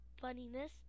funniness